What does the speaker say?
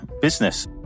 business